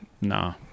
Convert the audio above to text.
Nah